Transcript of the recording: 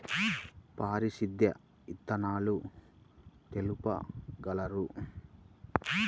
ప్రసిద్ధ విత్తనాలు తెలుపగలరు?